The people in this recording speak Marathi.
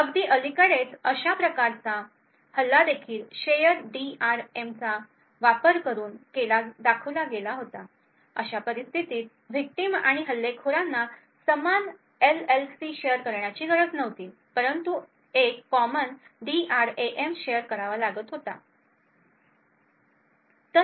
अगदी अलीकडेच अशाच प्रकारचा हल्लादेखील शेअर डीआरएएमचा वापर करून दाखवला गेला होता अशा परिस्थितीत विक्टिम आणि हल्लेखोरांना समान एलएलसी शेअर करण्याची गरज नव्हती परंतु एक कॉमन डीआरएएम शेअर करावा लागत होता